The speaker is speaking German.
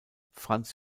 franz